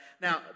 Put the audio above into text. Now